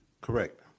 Correct